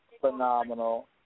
phenomenal